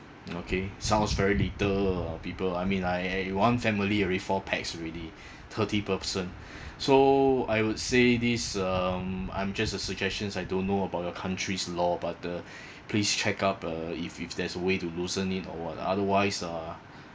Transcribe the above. okay sounds very little uh people I mean I I one family already four pax already thirty person so I would say this um I'm just a suggestions I don't know about your country's law but uh please check up uh if if there's a way to loosen it or what otherwise uh